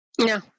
No